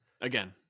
Again